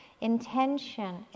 Intention